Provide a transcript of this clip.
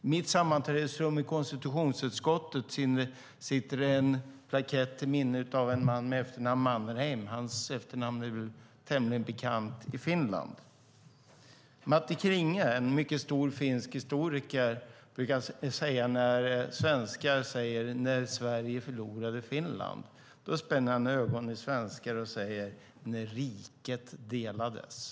I mitt sammanträdesrum i konstitutionsutskottet sitter en plakett till minne av en man med efternamnet Mannerheim. Hans efternamn är tämligen bekant i Finland. När svenskar talar om hur det var när Sverige förlorade Finland spänner Matti Klinge, en mycket stor finsk historiker, ögonen i svenskarna och säger: när riket delades.